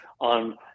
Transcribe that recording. on